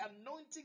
anointing